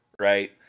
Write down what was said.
right